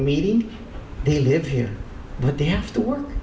meeting here live here but they have to work